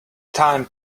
time